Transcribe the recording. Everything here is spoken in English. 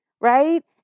Right